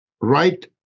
right